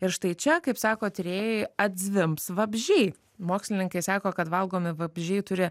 ir štai čia kaip sako tyrėjai atzvimbs vabzdžiai mokslininkai sako kad valgomi vabzdžiai turi